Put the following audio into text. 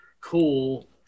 cool